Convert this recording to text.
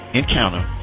encounter